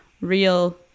real